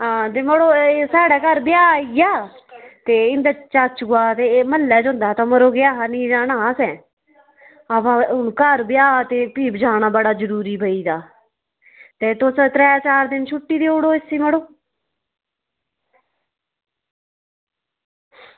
हां ते मड़ो एह् साढ़े घर ब्याह् आई गेआ ते इं'दे चाचुआ ते एह् म्हल्लै च होंदा हा ते मरो ब्याह् हा निं जाना हा असें ते घर ब्याह् ते भी जाना बड़ा जरूरी पेई गेदा ते तुस त्रै चार दिन छुट्टी देई ओड़ो इसी मड़ो